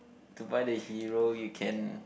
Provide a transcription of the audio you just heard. to buy the hero you can